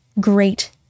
great